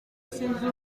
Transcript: sinzi